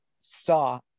saw